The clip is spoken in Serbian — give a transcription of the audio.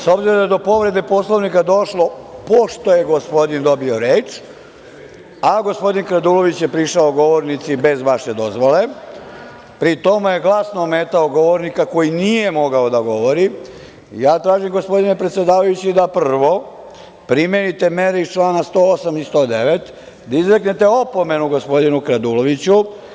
S obzirom da je do povrede Poslovnika došlo pošto je gospodin dobio reč, a gospodin Radulović je prišao govornici bez vaše dozvole, pri tome je glasno ometao govornika koji nije mogao da govori, tražim, gospodine predsedavajući, da prvo primenite mere iz članova 108. i 109, da izreknete opomenu gospodinu kraduloviću.